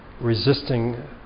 resisting